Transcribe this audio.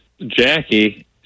Jackie